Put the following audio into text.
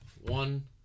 one